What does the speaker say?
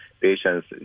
patients